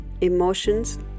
emotions